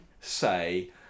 say